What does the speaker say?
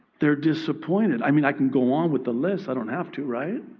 they're disappointed. i mean, i could go on with the list. i don't have to, right?